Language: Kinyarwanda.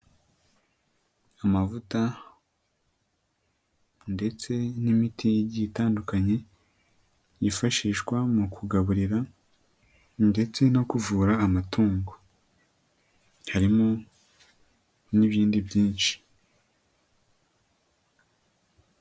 Amavuta ndetse n'imiti igiye itandukanye, yifashishwa mu kugaburira ndetse no kuvura amatungo, harimo n'ibindi byinshi.